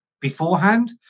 beforehand